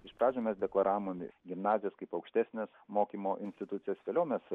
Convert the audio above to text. iš pradžių mes deklaravome gimnazijas kaip aukštesnes mokymo institucijas vėliau mes